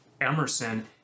Emerson